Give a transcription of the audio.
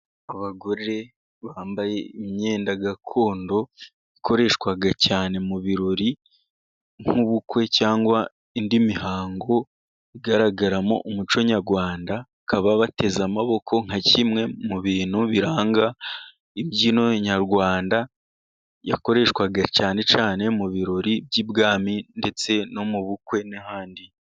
Abagore bambaye imyenda gakondo, ikoreshwa cyane mu birori nk'ubukwe cyangwa indi mihango igaragaramo umuco nyarwanda, bakaba bateze amaboko nka kimwe mu bintu biranga imbyino nyarwanda, yakoreshwaga cyane cyane mu birori by'ibwami ndetse no mu bukwe n'ahandi.